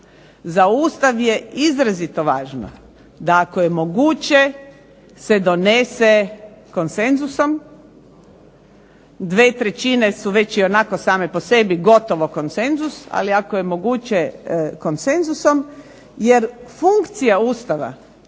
za Ustav je izrazito važno da ako je moguće se donese konsenzusom, 2/3 su već onako same po sebi gotovo konsenzus ali ako je moguće konsenzusom jer funkcija Ustava